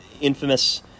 Infamous